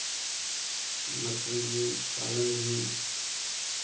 मछली पालन भी